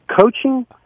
coaching